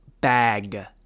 bag